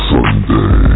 Sunday